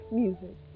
music